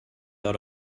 out